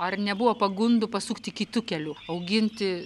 ar nebuvo pagundų pasukti kitu keliu auginti